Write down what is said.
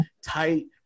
tight